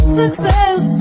success